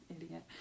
Idiot